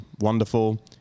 wonderful